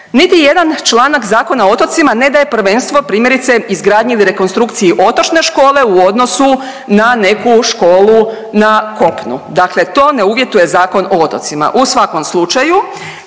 Niti jedan članak Zakona o otocima ne daje prvenstvo primjerice izgradnji ili rekonstrukciji otočne škole u odnosu na neku školu na kopnu, dakle to ne uvjetuje Zakon o otocima. U svakom slučaju